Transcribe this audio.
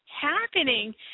happening